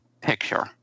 picture